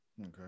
Okay